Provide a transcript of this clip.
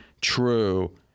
true